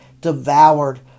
devoured